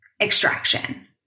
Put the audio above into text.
extraction